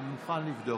אני מוכן לבדוק.